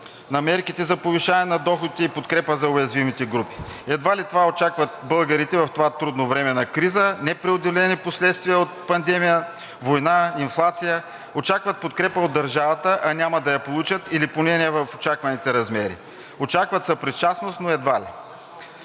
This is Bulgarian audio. на мерките за повишаване на доходите и подкрепа за уязвимите групи. Едва ли това очакват българите в това трудно време на криза, непреодолени последствия от пандемия, война, инфлация. Очакват подкрепа от държавата, а няма да я получат или поне не в очакваните размери, очакват съпричастност, но едва ли.